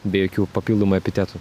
be jokių papildomų epitetų